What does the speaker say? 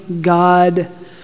God